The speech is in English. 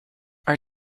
are